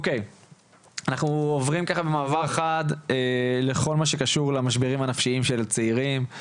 אנחנו עוברים במעבר חד לכל מה שקשור למשברים הנפשיים של הצעירים.